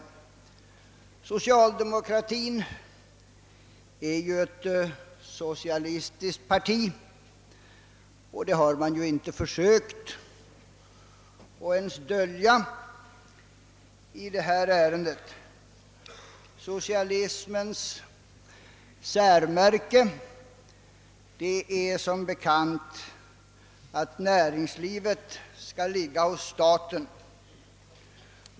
Det socialdemokratiska partiet är ju ett socialistiskt parti — det har man inte försökt att dölja vid behandlingen av detta ärende. Socialismens särmärke är som bekant uppfattningen att näringslivet skall ligga hos staten.